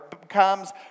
becomes